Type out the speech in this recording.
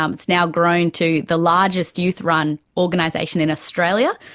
um it's now grown to the largest youth-run organisation in australia,